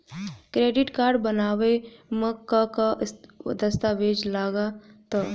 Credit card बनवावे म का का दस्तावेज लगा ता?